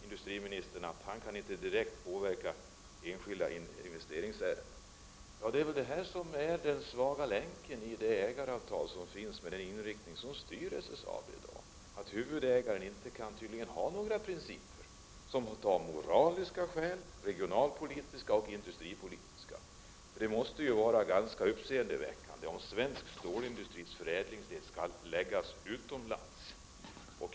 Industriministern säger att han inte direkt kan påverka enskilda investeringsärenden. Det är väl det här som är den svaga länken i det ägaravtal som finns med den inriktning som styr SSAB i dag. Huvudägaren kan tydligen inte ha några principer av moraliska, regionalpolitiska eller industripolitiska skäl. Det skulle vara ganska uppseendeväckande om svensk stålindustri skulle förlägga förädlingen utomlands.